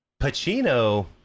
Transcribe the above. Pacino